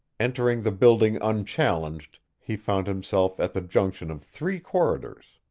entering the building unchallenged, he found himself at the junction of three corridors.